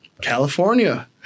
California